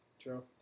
True